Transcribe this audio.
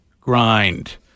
grind